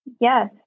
yes